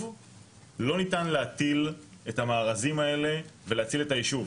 לא ניתן להטיל את המארזים האלה ולהציל את הישוב.